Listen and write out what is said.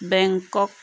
বেংকক